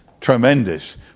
tremendous